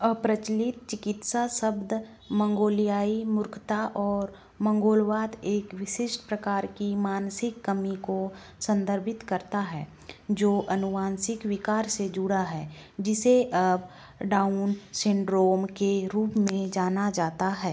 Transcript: अप्रचलित चिकित्सा शब्द मंगोलियाई मूर्खता और मंगोलवाद एक विशिष्ट प्रकार की मानसिक कमी को संदर्भित करता है जो अनुवांशिक विकार से जुड़ा है जिसे डाउन सिंड्रोम के रूप में जाना जाता है